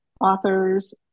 authors